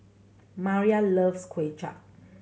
Mariah loves Kuay Chap